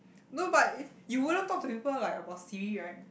no but you wouldn't talk to people like about Siri right